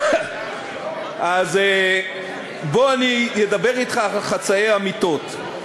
אז בוא אני אדבר אתך על חצאי אמיתות.